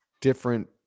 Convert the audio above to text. different